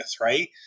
right